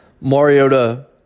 Mariota